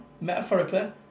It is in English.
metaphorically